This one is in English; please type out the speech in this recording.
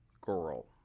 girl